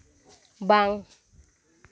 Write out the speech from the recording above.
ᱵᱟᱝ